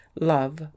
Love